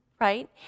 right